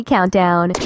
Countdown